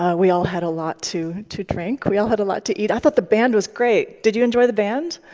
ah we all had a lot to to drink. we all had a lot to eat. i thought the band was great. did you enjoy the band?